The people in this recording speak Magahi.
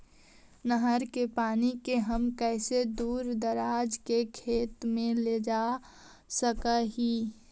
नहर के पानी के हम कैसे दुर दराज के खेतों में ले जा सक हिय?